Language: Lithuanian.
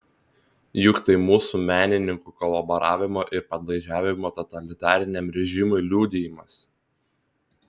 juk tai mūsų menininkų kolaboravimo ir padlaižiavimo totalitariniam režimui liudijimas